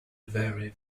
very